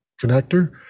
connector